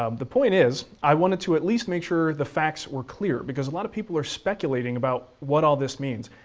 um the point is, i wanted to at least make sure the facts were clear because a lot of people are speculating about what all this means.